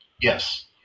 Yes